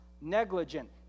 negligent